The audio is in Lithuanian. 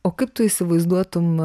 o kaip tu įsivaizduotum